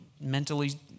mentally